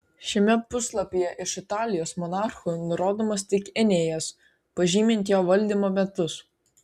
šiame puslapyje iš italijos monarchų nurodomas tik enėjas pažymint jo valdymo metus